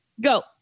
Go